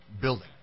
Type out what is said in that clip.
building